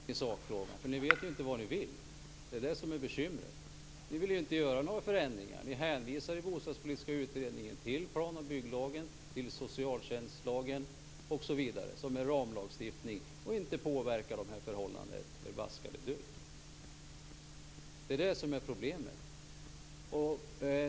Fru talman! Problemet är att ni inte har någon uppfattning i sakfrågan. Ni vet inte vad ni vill. Ni vill inte göra några förändringar. Ni hänvisar till Bostadspolitiska utredningen samt till plan och bygglagen, till socialtjänstlagen osv., dvs. till en ramlagstiftning som inte påverkar dessa förhållanden ett förbaskat dugg.